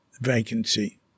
vacancy